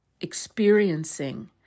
experiencing